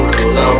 Cause